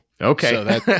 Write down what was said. Okay